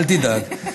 אל תדאג.